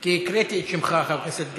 כי הקראתי את שמך, חבר הכנסת גפני.